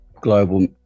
global